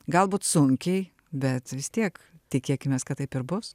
galbūt sunkiai bet vis tiek tikėkimės kad taip ir bus